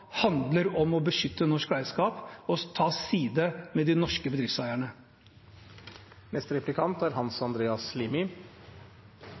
handler om å beskytte norsk eierskap og være på lag med de norske bedriftseierne.